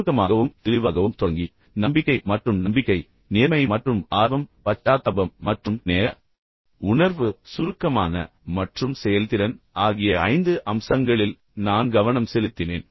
சுருக்கமாகவும் தெளிவாகவும் தொடங்கி பின்னர் நம்பிக்கை மற்றும் நம்பிக்கை நேர்மை மற்றும் ஆர்வம் பச்சாத்தாபம் மற்றும் நேர உணர்வு சுருக்கமான மற்றும் செயல்திறன் ஆகிய ஐந்து அம்சங்களில் நான் கவனம் செலுத்தினேன்